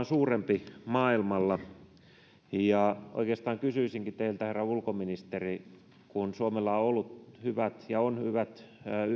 suurempi maailmalla ja oikeastaan kysyisinkin teiltä herra ulkoministeri kun suomella on on ollut ja on hyvät